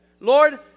Lord